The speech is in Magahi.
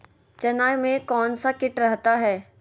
चना में कौन सा किट रहता है?